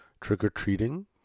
trick-or-treating